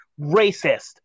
racist